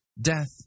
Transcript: Death